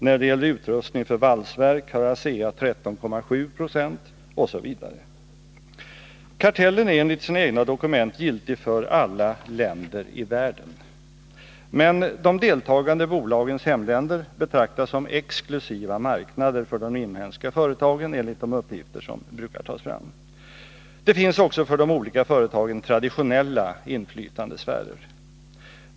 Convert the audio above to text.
När det gäller utrustning för valsverk har ASEA 13,7 96, osv. Kartellen är enligt sina egna dokument giltig för ”alla länder i världen”. Men de deltagande bolagens hemländer betraktas som exklusiva marknader för de inhemska företagen, enligt de uppgifter som brukar tas fram. Det finns också för de olika företagen traditionella inflytandesfärer.